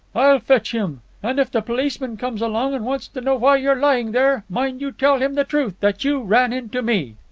fetch him. and if the policeman comes along and wants to know why you're lying there, mind you tell him the truth, that you ran into me.